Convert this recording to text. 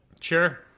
Sure